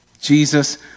Jesus